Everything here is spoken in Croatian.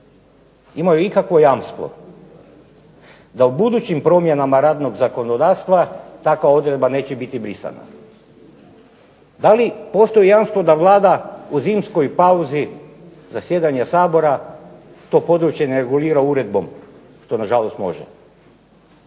imaju ikakvo jamstvo da u budućim promjenama radnog zakonodavstva takva odredba neće biti brisana. Da li postoji jamstvo da Vlada u zimskoj pauzi zasjedanja Sabora to područje ne regulira uredbom što na žalost može.